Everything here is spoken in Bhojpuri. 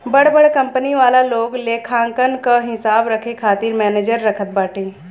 बड़ बड़ कंपनी वाला लोग लेखांकन कअ हिसाब रखे खातिर मनेजर रखत बाटे